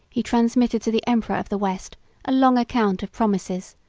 he transmitted to the emperor of the west a long account of promises,